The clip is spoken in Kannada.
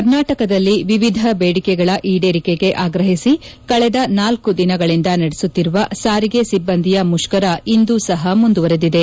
ಕರ್ನಾಟಕದಲ್ಲಿ ವಿವಿಧ ಬೇಡಿಕೆಗಳ ಈಡೇರಿಕೆಗೆ ಆಗ್ರಹಿಸಿ ಕಳೆದ ನಾಲ್ಕು ದಿನಗಳಿಂದ ನಡೆಸುತ್ತಿರುವ ಸಾರಿಗೆ ಸಿಬ್ಬಂದಿಯ ಮುಷ್ಕರ ಇಂದೂ ಸಹ ಮುಂದುವರಿದಿದೆ